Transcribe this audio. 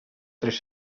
tres